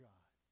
God